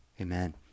amen